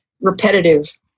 repetitive